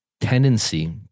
tendency